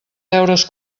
deures